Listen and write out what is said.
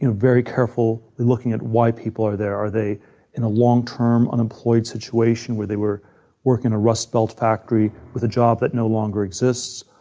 you know very carefully looking at why people are there. are they in a long term, unemployed situation where they were working in a rust belt factory with a job that no longer exists?